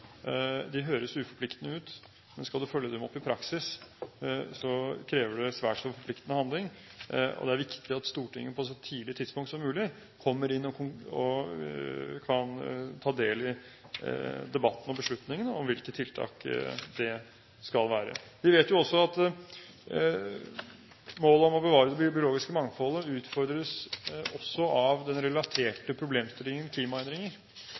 De høres uforpliktende ut, men skal en følge dem opp i praksis, kreves det svært forpliktende handling. Det er viktig at Stortinget på et så tidlig tidspunkt som mulig kommer inn og kan ta del i debatten og beslutningene om hvilke tiltak det skal være. Vi vet også at målet om å bevare det biologiske mangfoldet utfordres av den relaterte problemstillingen – klimaendringer.